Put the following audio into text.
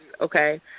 okay